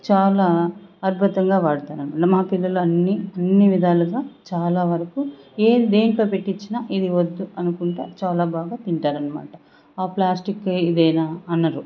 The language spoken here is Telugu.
చాలా అద్భుతంగా వాడతు అన్నమాట మా పిల్లలు అన్ని అన్ని విధాలుగా చాలా వరకు నే దేంట్లో పెట్టి ఇచ్చిన ఇది వద్దు అన్నకుంట చాలా బాగా తింటారన్నమాట ప్లాస్టిక్ ఇదేనా అనరు